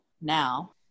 Now